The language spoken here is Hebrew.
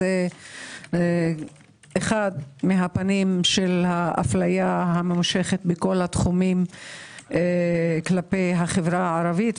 זה אחד הפנים של האפליה המתמשכת בכל התחומים כלפי החברה הערבית.